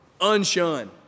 unshun